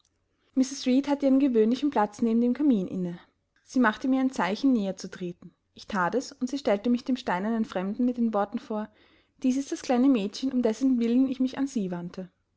hatte ihren gewöhnlichen platz neben dem kamin inne sie machte mir ein zeichen näher zu treten ich that es und sie stellte mich dem steinernen fremden mit den worten vor dies ist das kleine mädchen um dessentwillen ich mich an sie wandte